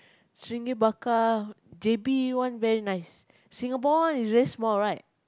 stingray bakar J_B one very nice Singapore one is very small right